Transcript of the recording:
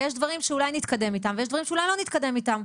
ויש דברים שאולי נתקדם איתם ויש דברים שאולי לא נתקדם איתם.